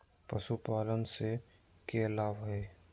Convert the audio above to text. पशुपालन से के लाभ हय?